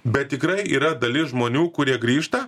bet tikrai yra dalis žmonių kurie grįžta